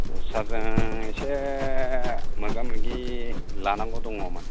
सारजों एसे मोगा मोगि लानांगौ दङमोन